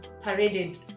paraded